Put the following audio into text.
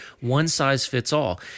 one-size-fits-all